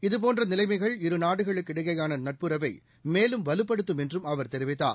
இதபோன்ற நிலைமைகள் இரு நாடுகளுக்கிடையேயான நட்புறவை மேலும் வலுப்படுத்தும் என்றும் அவர் தெரிவித்தார்